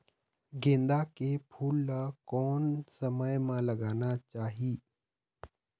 गेंदा के फूल ला कोन समय मा लगाना चाही?